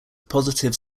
positive